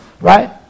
right